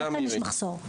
כי אכן יש מחסור.